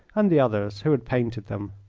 and the others, who had painted them.